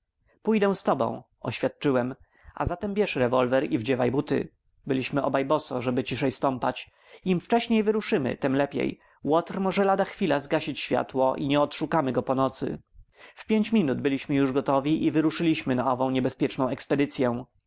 pójdę z tobą oświadczyłem a zatem bierz rewolwer i wdziewaj buty byliśmy obaj boso żeby ciszej stąpać im wcześniej wyruszymy tem lepiej łotr może lada chwila zgasić światło i nie odszukamy go po nocy w pięć minut byliśmy już gotowi i wyruszyliśmy na ową niebezpieczną